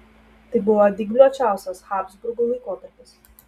tai buvo dygliuočiausias habsburgų laikotarpis